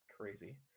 crazy